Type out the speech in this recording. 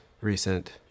Recent